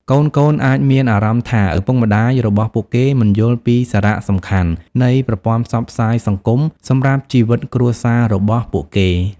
កូនៗអាចមានអារម្មណ៍ថាឪពុកម្តាយរបស់ពួកគេមិនយល់ពីសារៈសំខាន់នៃប្រព័ន្ធផ្សព្វផ្សាយសង្គមសម្រាប់ជីវិតគ្រួសាររបស់ពួកគេ។